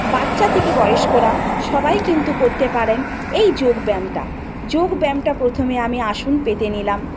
বাচ্চা থেকে বয়স্করা সবাই কিন্তু করতে পারেন এই যোগব্যায়ামটা যোগব্যায়ামটা প্রথমে আমি আসন পেতে নিলাম